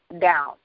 down